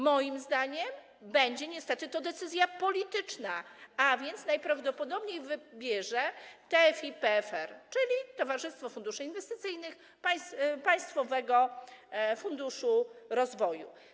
Moim zdaniem będzie niestety to decyzja polityczna, a więc najprawdopodobniej wybierze TFI PFR, czyli Towarzystwo Funduszy Inwestycyjnych Państwowego Funduszu Rozwoju.